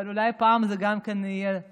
אבל אולי פעם זה יהיה גם עם החלב.